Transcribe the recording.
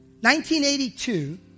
1982